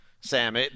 Sam